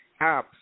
apps